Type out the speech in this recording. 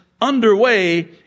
underway